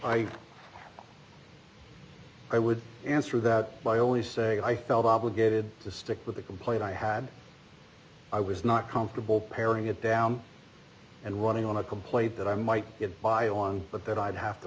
i i would answer that by only saying i felt obligated to stick with the complaint i had i was not comfortable pairing it down and running on a complaint that i might get by on but that i'd have to